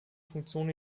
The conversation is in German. funktion